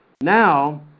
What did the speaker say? Now